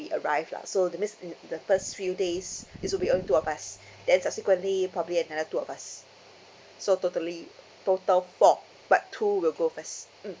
arrived lah so that means in the first few days it should be only two of us then subsequently probably another two of us so totally total four but two will go first mm